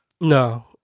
No